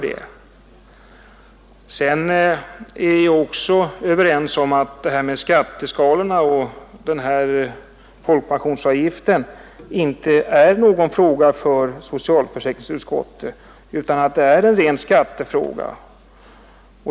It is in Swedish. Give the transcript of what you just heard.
Slutligen håller jag med om att skatteskalorna och folkpensionsavgiften inte är en fråga för socialförsäkringsutskottet. Det är en ren skattefråga.